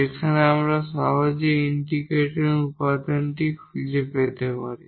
যেখানে আমরা সহজেই ইন্টিগ্রেটিং উপাদানটি খুঁজে পেতে পারি